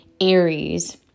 Aries